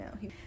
no